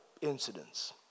incidents